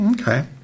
Okay